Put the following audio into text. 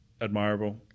admirable